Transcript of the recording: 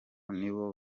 nibo